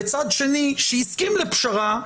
וצד שני שהסכים לפשרה,